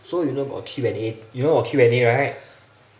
so you know got Q&A you know got Q&A right